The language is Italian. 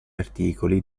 articoli